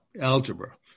algebra